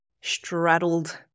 straddled